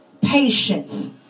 Patience